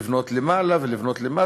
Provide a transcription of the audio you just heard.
לבנות למעלה ולבנות למטה.